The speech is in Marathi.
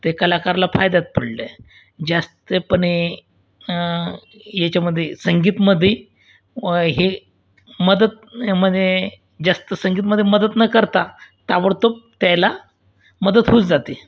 ते कलाकारला फायद्यात पडलं आहे जास्त पणे याच्यामध्ये संगीतामध्ये हे मदत मध्ये जास्त संगीतामध्ये मदत न करता ताबडतोब त्याला मदतहूज जाते